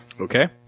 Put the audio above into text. Okay